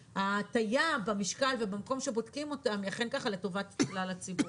ההטיה במשקל ובמקום שבודקים אותם היא אכן כך לטובת כלל הציבור.